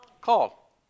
Call